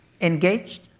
Engaged